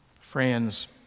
Friends